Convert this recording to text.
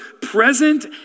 present